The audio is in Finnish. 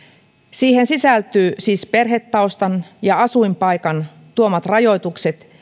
siihen sisältyy siis perhetaustan ja asuinpaikat tuomat rajoitukset